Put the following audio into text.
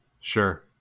Sure